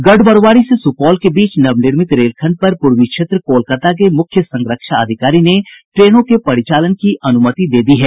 गढ़बरूआरी से सुपौल के बीच नवनिर्मित रेलखंड पर पूर्वी क्षेत्र कोलकाता के मुख्य संरक्षा अधिकारी ने ट्रेनों के परिचालन की अनुमति दे दी है